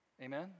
Amen